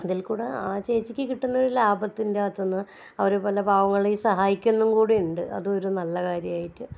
അതിൽക്കൂടെ ആ ചേച്ചിക്ക് കിട്ടുന്ന ഒരു ലാഭത്തിൻ്റെ അകത്തുനിന്ന് അവർ പല പാവങ്ങളെയും സഹായിക്കുന്നും കൂടിയുണ്ട് അതൊരു നല്ല കാര്യമായിട്ട്